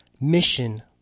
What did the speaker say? mission